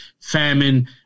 famine